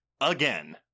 again